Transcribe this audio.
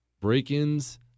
Break-ins